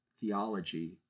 theology